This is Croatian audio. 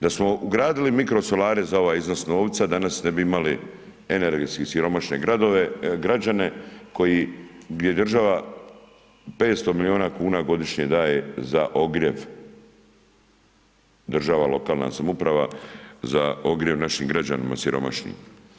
Da smo ugradili mikrosolare za ovaj iznos novca, danas ne bi imali energetski siromašne građane koji gdje država 500 milijuna kuna godišnje daje za ogrjev, država, lokalna samouprava, za ogrjev našim građanima siromašnim.